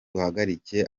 duhagarike